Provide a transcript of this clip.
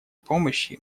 помощи